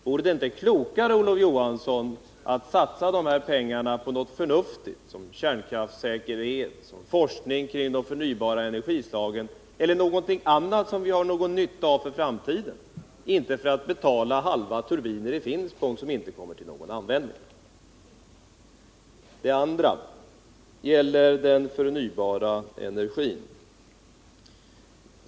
Vore det inte klokare, Olof Johansson, att satsa dessa pengar på något förnuftigt, såsom kärnkraftssäkerhet, forskning kring förnybara energislag eller någonting annat som vi har nytta av för framtiden, och inte på att betala halva turbiner i Finspång för att dessa inte skall komma till användning.